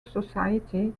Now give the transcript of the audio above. society